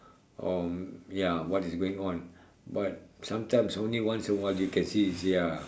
or ya what is going on but sometimes only once in a while you can see is ya